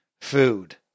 food